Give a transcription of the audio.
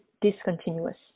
discontinuous